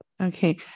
Okay